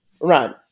run